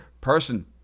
person